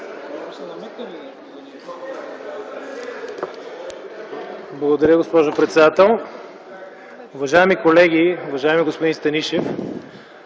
Благодаря, госпожо председател. Уважаеми колеги, уважаеми господин Станишев!